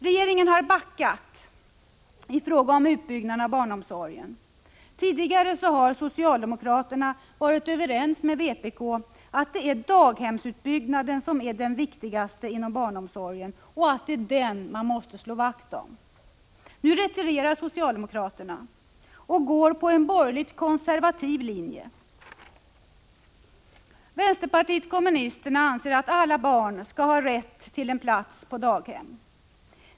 Regeringen har backat i fråga om utbyggnaden av barnomsorgen. Tidigare har socialdemokraterna varit överens med vpk om att det är daghemsutbyggnaden som är det viktigaste inom barnomsorgen och att det är den man måste slå vakt om. Nu retirerar socialdemokraterna och går på en borgerligt konservativ linje. Vänsterpartiet kommunisterna anser att alla barn skall ha rätt till en plats på daghem.